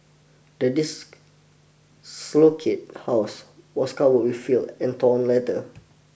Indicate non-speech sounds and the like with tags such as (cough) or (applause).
the (unintelligible) house was covered with filth and torn letter